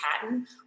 patent